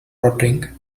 rotting